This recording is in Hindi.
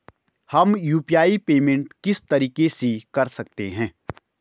हम यु.पी.आई पेमेंट किस तरीके से कर सकते हैं?